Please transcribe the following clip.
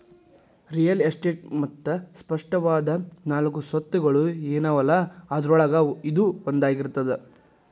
real estate ಮತ್ತ ಸ್ಪಷ್ಟವಾದ ನಾಲ್ಕು ಸ್ವತ್ತುಗಳ ಏನವಲಾ ಅದ್ರೊಳಗ ಇದೂ ಒಂದಾಗಿರ್ತದ